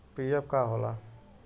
PF का होला?